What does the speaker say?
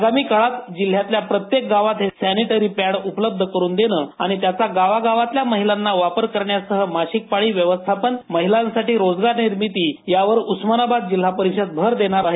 आगामी काळात जिल्ह्यातल्या प्रत्येक गावात हे सॅनिटरी पॅड उपलब्ध करून देणं आणि त्याचा गावागावतल्या महिलांना वापर करण्यासह मासिक पाळी व्यवस्थापन महिलांसाठी रोजगार निर्मिती यावर उस्मानाबाद जिल्हा परिषद भर देणार आहे